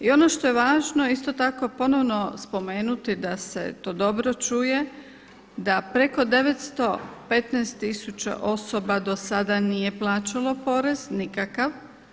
I ono što je važno isto tako ponovno spomenuti da se to dobro čuje, da preko 915 tisuća osoba do sada nije plaćalo porez nikakav.